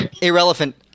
Irrelevant